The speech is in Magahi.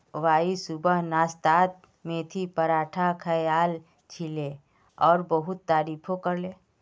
वाई सुबह नाश्तात मेथीर पराठा खायाल छिले और बहुत तारीफो करले